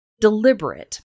deliberate